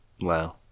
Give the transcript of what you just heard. wow